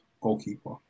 goalkeeper